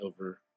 over